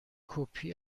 کپی